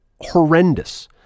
horrendous